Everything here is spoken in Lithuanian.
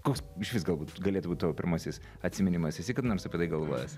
koks išvis galbūt galėtų būt tavo pirmasis atsiminimas esi kada nors apie tai galvojęs